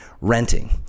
renting